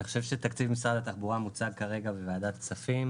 אני חושב שתקציב משרד התחבורה מוצג כרגע בוועדת הכספים